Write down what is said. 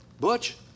Butch